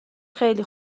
خیلی